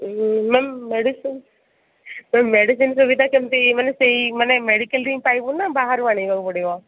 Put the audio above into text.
ma'am medicine ma'am medicine ସୁବିଧା କେମିତି ମାନେ ସେହି ମାନେ ମେଡିକାଲ୍ରେ ପାଇବୁ ନା ବାହାରୁ ଆଣିବାକୁ ପଡ଼ିବ